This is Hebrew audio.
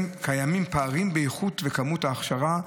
קיימים פערים באיכות ובכמות ההכשרה.